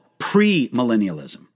premillennialism